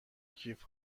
کیف